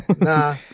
Nah